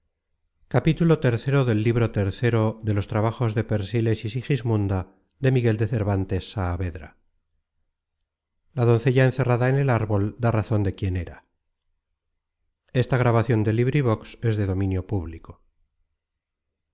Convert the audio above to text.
bien acompañados la doncella encerrada en el árbol da razon de quién era